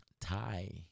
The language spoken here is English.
tie